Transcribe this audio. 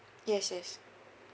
yes yes